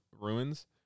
Ruins